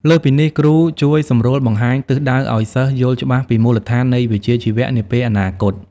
លើសពីនេះគ្រូជួយសម្រួលបង្ហាញទិសដៅឱ្យសិស្សយល់ច្បាស់ពីមូលដ្ឋាននៃវិជ្ជាជីវៈនាពេលអនាគត។